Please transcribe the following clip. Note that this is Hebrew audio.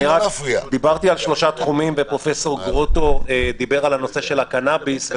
דיברתי על שלושה תחומים ופרופ' גרוטו דיבר על נושא הקנביס.